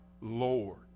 Lord